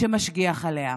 שמשגיח עליה.